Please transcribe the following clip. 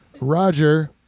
Roger